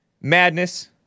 madness